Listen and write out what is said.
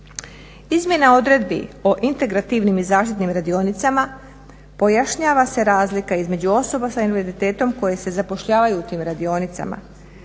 Izmjena odredbi o integrativnim i zaštitnim radionicama pojašnjava se razlika između osoba sa invaliditetom koje se zapošljavaju u tim radionicama.